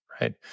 right